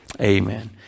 Amen